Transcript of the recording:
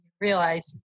realize